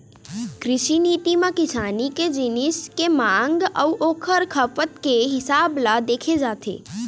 कृषि नीति म किसानी के जिनिस के मांग अउ ओखर खपत के हिसाब ल देखे जाथे